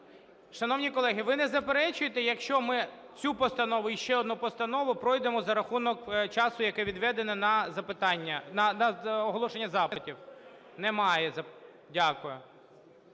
Шановні колеги, ви не заперечуєте, якщо ми цю постанову і ще одну постанову пройдемо за рахунок часу, який відведено на запитання, на оголошення запитів? Немає, дякую.